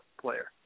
player